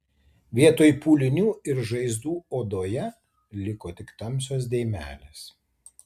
vietoj pūlinių ir žaizdų odoje liko tik tamsios dėmelės